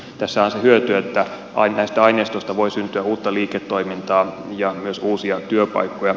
tässä on se hyöty että näistä aineistoista voi syntyä uutta liiketoimintaa ja myös uusia työpaikkoja